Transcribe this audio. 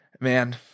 Man